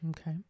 Okay